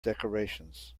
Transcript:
decorations